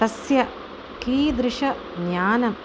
तस्य कीदृशं ज्ञानम्